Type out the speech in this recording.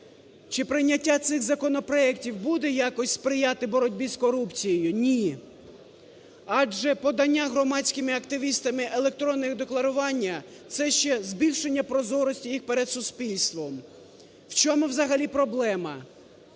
Чи прийняття цих законопроектів буде якось сприяти боротьбі з корупцією? Ні. Адже подання громадськими активістами електронного декларування – це ще збільшення прозорості їх перед суспільством. В чому взагалі проблема?